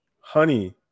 honey